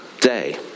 day